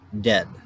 dead